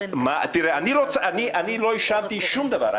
אני לא אישרתי שום דבר.